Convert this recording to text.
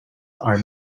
are